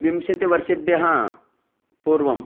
विंशतिवर्षेभ्यः पूर्वं